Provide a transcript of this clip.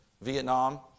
Vietnam